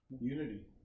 Unity